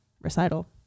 recital